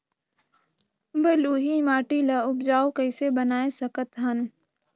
बलुही माटी ल उपजाऊ कइसे बनाय सकत हन?